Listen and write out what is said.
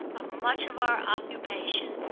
of much of our occupation,